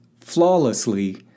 flawlessly